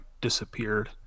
disappeared